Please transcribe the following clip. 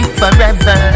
forever